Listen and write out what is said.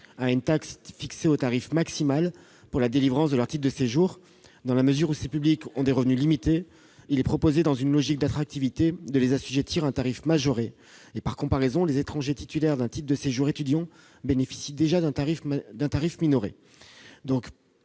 à une taxe fixée au tarif maximal pour la délivrance de leur titre de séjour. Ces publics ayant des revenus limités, il est proposé, dans une logique d'attractivité, de les assujettir à des tarifs minorés. Par comparaison, les étrangers titulaires d'un titre de séjour étudiant bénéficient déjà d'un tarif minoré.